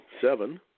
seven